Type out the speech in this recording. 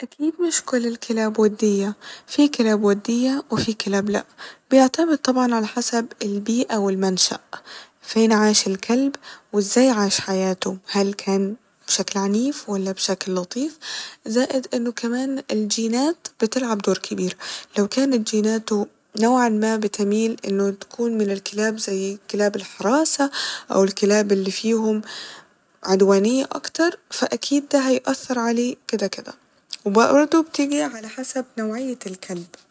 أكيد مش الكلاب ودية ، في كلاب ودية وفي كلاب لا ، بيعتمد طبعا على حسب البيئة والمنشأ فين عاش الكلب وازاي عاش حياته هل كان بشكل عنيف ولا بشكل لطيف ، زائد إنه كمان الجينات بتلعب دور كبير ، لو كانت جيناته نوعا ما بتميل إنه تكون من الكلاب زي كلاب الحراسة او الكلاب اللي فيهم عدوانية أكتر فأكيد ده هيأثر عليه كده كده وبرضه بتيجي على حسب نوعية الكلب